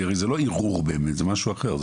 כי הרי, זה לא ערעור באמת, זה משהו אחר.